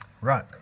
right